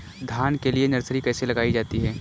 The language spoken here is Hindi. धान के लिए नर्सरी कैसे लगाई जाती है?